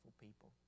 people